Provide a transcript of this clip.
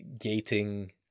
gating